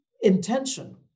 intention